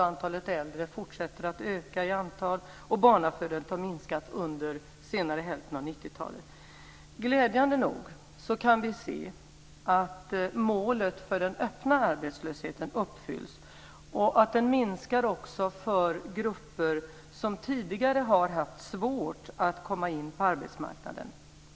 Antalet äldre har fortsatt att öka, och barnafödandet har minskat under senare hälften av 90-talet. Glädjande nog kan vi se att målet för den öppna arbetslösheten uppfylls och att den minskar också för grupper som tidigare har haft svårt att komma in på arbetsmarknaden.